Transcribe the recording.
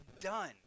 done